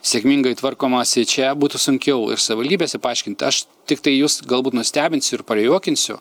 sėkmingai tvarkomasi čia būtų sunkiau ir savivaldybėse paaiškinti aš tiktai jus galbūt nustebinsiu ir prajuokinsiu